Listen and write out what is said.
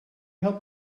help